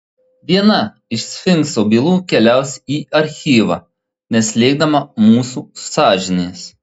viena iš sfinkso bylų keliaus į archyvą neslėgdama mūsų sąžinės